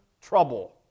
trouble